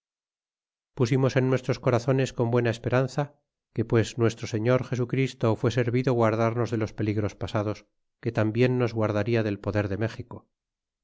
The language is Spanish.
pusimos en nuestros corazones con buena esperanza que pues nuestro señor jesu christo fué servido guardarnos de los peligros pasados que tambien nos guardaria del poder de méxico